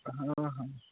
हँ हँ